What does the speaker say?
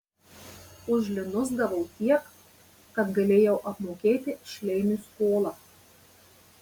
už linus gavau tiek kad galėjau apmokėti šleiniui skolą